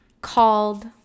called